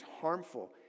harmful